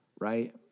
right